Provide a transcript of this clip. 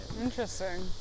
Interesting